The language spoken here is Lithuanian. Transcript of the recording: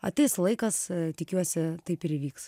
ateis laikas tikiuosi taip ir įvyks